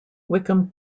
wickham